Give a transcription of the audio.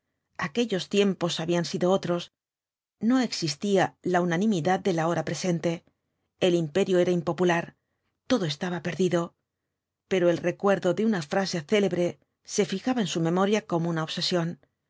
aquellos tiempos habían sido otros no existía la unanimidad de la hora presente el imperio era impopular todo estaba perdido pero el recuerdo de una frase célebre se fijaba en su memoria como una obsesión